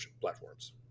platforms